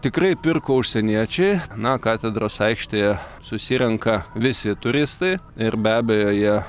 tikrai pirko užsieniečiai na katedros aikštėje susirenka visi turistai ir be abejo jie